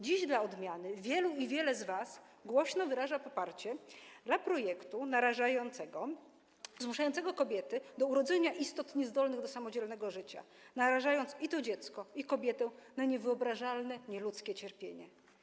Dziś dla odmiany wielu i wiele z was głośno wyraża poparcie dla projektu narażającego, zmuszającego kobiety do urodzenia istot niezdolnych do samodzielnego życia, narażając i to dziecko, i kobietę na niewyobrażalne, nieludzkie cierpienie.